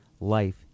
life